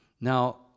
Now